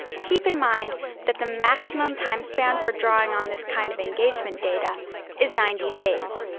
keep in mind that the maximum time span for drawing on this kind of engagement data is ninety days.